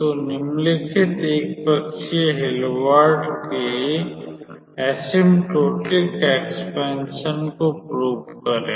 तो निम्नलिखित 1 पक्षीय हिल्बर्ट के स्पर्शोन्मुख विस्तार को प्रूव करे